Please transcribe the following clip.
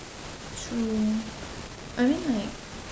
true I mean like